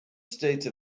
state